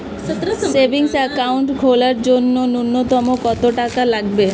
Savings account খোলার জন্য নূন্যতম কত টাকা লাগবে?